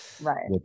Right